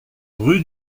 rue